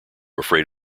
afraid